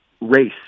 race